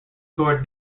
toward